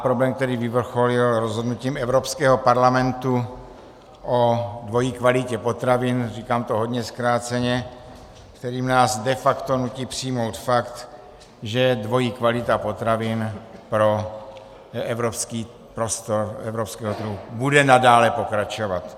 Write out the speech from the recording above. Problém, který vyvrcholil rozhodnutím Evropského parlamentu o dvojí kvalitě potravin říkám to hodně zkráceně kterým nás de facto nutí přijmout fakt, že dvojí kvalita potravin pro evropský prostor, evropský trh, bude nadále pokračovat.